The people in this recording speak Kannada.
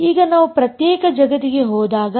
ಈಗ ನಾವು ಪ್ರತ್ಯೇಕ ಜಗತ್ತಿಗೆ ಹೋದಾಗ